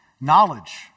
Knowledge